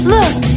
Look